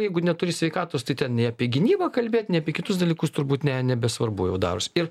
jeigu neturi sveikatos tai ten nei apie gynybą kalbėt nei apie kitus dalykus turbūt ne nebesvarbu jau darosi ir